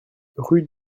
rue